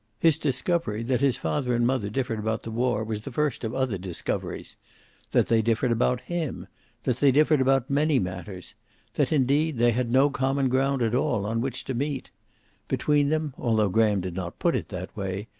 his discovery that his father and mother differed about the war was the first of other discoveries that they differed about him that they differed about many matters that, indeed, they had no common ground at all on which to meet between them, although graham did not put it that way,